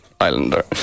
Islander